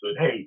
hey